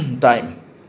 time